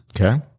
Okay